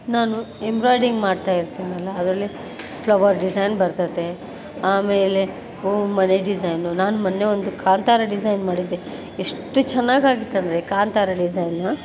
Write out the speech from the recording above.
ನಾನು ಎಂಬ್ರಾಯ್ಡಿಂಗ್ ಮಾಡ್ತಾ ಇರ್ತೀನಲ್ಲ ಅದರಲ್ಲಿ ಫ್ಲವರ್ ಡಿಝೈನ್ ಬರ್ತದೆ ಆಮೇಲೆ ಹೂವು ಮನೆ ಡಿಝೈನು ನಾನು ಮೊನ್ನೆ ಒಂದು ಕಾಂತಾರ ಡಿಝೈನ್ ಮಾಡಿದ್ದೆ ಎಷ್ಟು ಚೆನ್ನಾಗಾಗಿತ್ತಂದ್ರೆ ಕಾಂತಾರ ಡಿಸೈನು